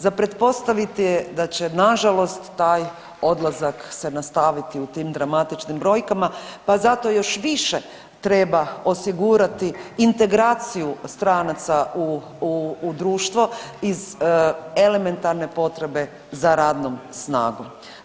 Za pretpostaviti je da će nažalost taj odlazak se nastaviti u tim dramatičnim brojkama, pa zato još više treba osigurati integraciju stranaca u društvu iz elementarne potrebe za radnom snagom.